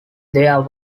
there